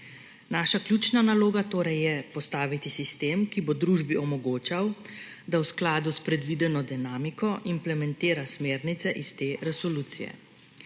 Naša ključna naloga torej je postaviti sistem, ki bo družbi omogočal, da v skladu s predvideno dinamiko implementira smernice iz te resolucije.